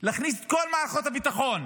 להכניס את כל מערכות הביטחון,